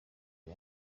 uyu